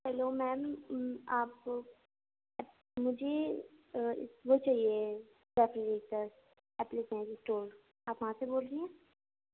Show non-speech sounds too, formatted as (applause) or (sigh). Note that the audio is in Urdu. ہیلو میم آپ مجھے وہ چاہیے (unintelligible) آپ کہاں سے بول رہی ہیں